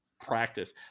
practice